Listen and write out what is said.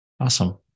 Awesome